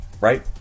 right